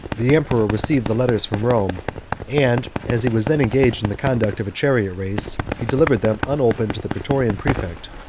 the emperor received the letters from rome and as he was then engaged in the conduct of a chariot race, he delivered them unopened to the praetorian praefect,